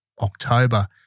October